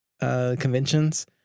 Conventions